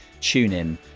TuneIn